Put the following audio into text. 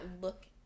look